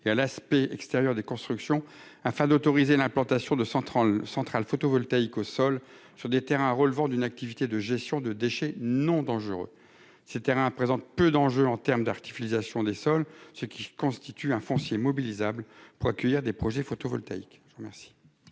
et à l'aspect extérieur des constructions afin d'autoriser l'implantation de centrale centrale photovoltaïque au sol sur des terrains relevant d'une activité de gestion de déchets non dangereux, et cetera présente peu d'enjeu en terme d'articulation des sols, ce qui constitue un foncier mobilisable pour accueillir des projets photovoltaïques,